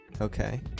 Okay